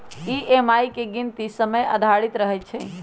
EMI के गीनती समय आधारित रहै छइ